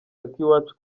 akiwacu